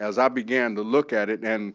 as i began to look at it and